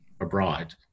abroad